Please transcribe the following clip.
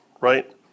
right